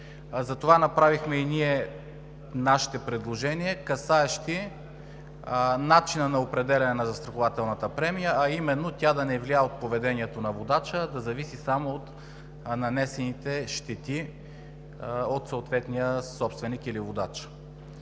Затова ние направихме нашите предложения, касаещи начина на определяне на застрахователната премия, а именно: тя да не се влияе от поведението на водача, а да зависи само от нанесените щети от съответния собственик или водач.